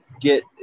get